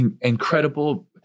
incredible